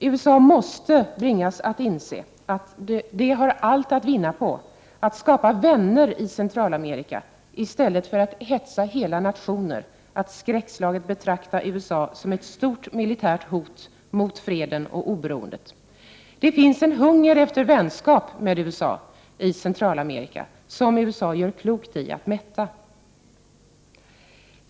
USA måste bringas att inse att man har allt att vinna på att skapa vänner i Centralamerika i stället för att hetsa hela nationer att skräckslaget betrakta USA som ett stort militärt hot mot freden och oberoendet. Det finns en hunger efter vänskap med USA i Centralamerika, och den hungern gör USA klokt i att mätta.